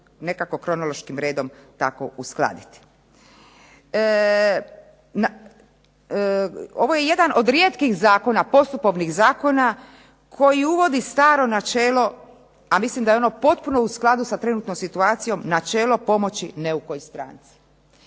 nekako kronološkim redom tako uskladiti. Ovo je jedan od rijetkih zakona, postupovnih zakona koji uvodi staro načelo a mislim da je ono potpuno u skladu sa trenutnom situacijom načelo pomoći neukoj stranci.